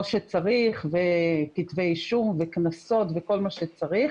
שצריך כתבי אישום וקנסות וכל מה שצריך